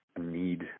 need